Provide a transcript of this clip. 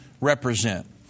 represent